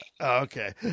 okay